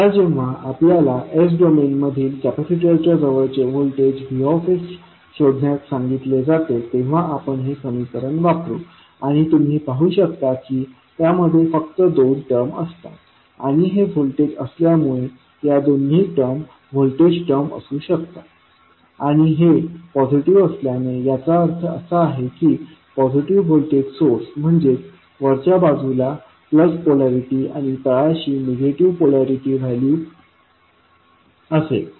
आता जेव्हा आपल्याला s डोमेन मधील कॅपॅसिटरच्या जवळचे व्होल्टेजVsशोधण्यास सांगितले जाते तेव्हा आपण हे समीकरण वापरू आणि तुम्ही पाहू शकता की त्यामध्ये फक्त दोन टर्म असतात आणि हे व्होल्टेज असल्यामुळे या दोन्ही टर्म व्होल्टेज टर्म असू शकतात आणि हे पॉझिटिव्ह असल्याने याचा अर्थ असा आहे की पॉझिटिव्ह व्होल्टेज सोर्स म्हणजेच वरच्या बाजूला प्लस पोलॅरिटी आणि तळाशी निगेटिव्ह पोलॅरिटी व्हॅल्यू असेल